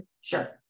Sure